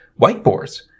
Whiteboards